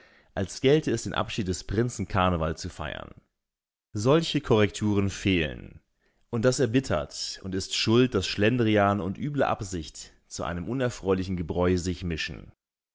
als gelte es den abschied des prinzen carneval zu feiern solche korrekturen fehlen und das erbittert und ist schuld daß schlendrian und üble absicht zu einem unerfreulichen gebräu sich mischen